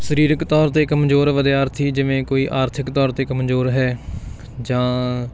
ਸਰੀਰਿਕ ਤੌਰ 'ਤੇ ਕਮਜ਼ੋਰ ਵਿਦਿਆਰਥੀ ਜਿਵੇਂ ਕੋਈ ਆਰਥਿਕ ਤੌਰ 'ਤੇ ਕਮਜ਼ੋਰ ਹੈ ਜਾਂ